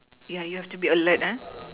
ya you have to be alert